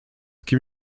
kim